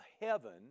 heaven